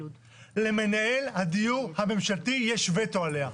למנהל הדיור הממשלתי יש וטו עליה.